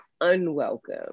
unwelcome